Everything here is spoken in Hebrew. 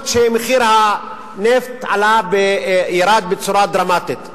אפילו שמחיר הנפט ירד בצורה דרמטית.